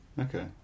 Okay